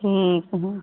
ठीक हइ